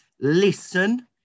listen